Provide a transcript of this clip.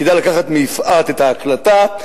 כדאי לקחת מ"יפעת" את ההקלטה,